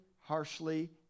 harshly